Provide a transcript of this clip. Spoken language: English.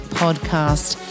podcast